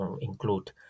include